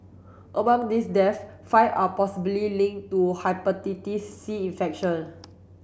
among these deaths five are possibly linked to Hepatitis C infection